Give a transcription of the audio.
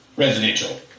Residential